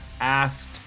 asked